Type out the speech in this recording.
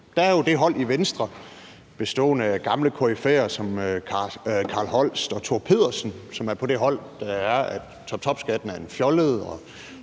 Der er jo det hold i Venstre bestående af gamle koryfæer som Carl Holst og Thor Pedersen, som mener, at topskatten er en fjollet